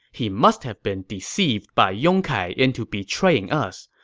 he must have been deceived by yong kai into betraying us.